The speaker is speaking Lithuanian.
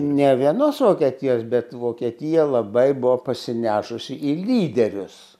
ne vienos vokietijos bet vokietija labai buvo pasinešusi į lyderius